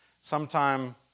Sometime